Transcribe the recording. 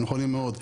הם נכונים מאוד.